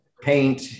paint